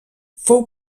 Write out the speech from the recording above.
fou